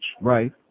Right